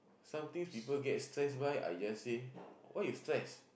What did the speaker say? some things people get stressed by I just say why you stress